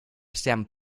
sean